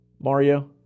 Mario